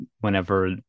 whenever